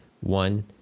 One